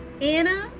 anna